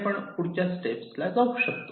आपण पुढच्या स्टेप ला जाऊ शकतो